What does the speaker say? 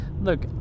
look